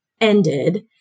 ended